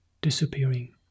disappearing